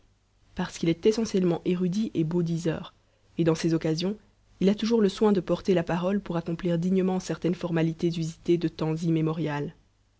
parce qu'il est essentiellement érudit et beau diseur et dans ces occasions il a toujours le soin de porter la parole pour accomplir dignement certaines formalités usitées de temps immémorial